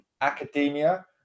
academia